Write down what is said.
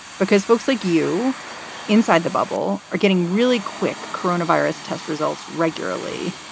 because folks like you inside the bubble are getting really quick coronavirus test results regularly,